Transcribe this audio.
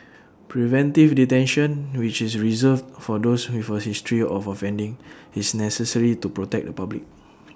preventive detention which is reserved for those with A history of offending is necessary to protect the public